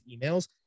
emails